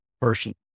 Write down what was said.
Person